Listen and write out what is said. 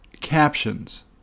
captions